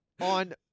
On